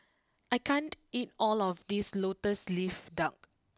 I can't eat all of this Lotus leaf Duck